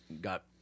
got